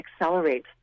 accelerate